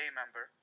member